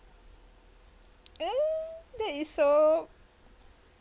oh that is so